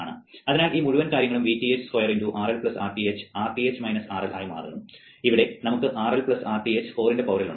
അതിനാൽ ഈ മുഴുവൻ കാര്യങ്ങളും Vth square × RL Rth Rth RL ആയി മാറുന്നു ഇവിടെ നമുക്ക് RL Rth 4 ന്റെ പവറിൽ ഉണ്ട്